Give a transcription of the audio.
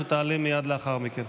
שתעלה מייד לאחר מכן.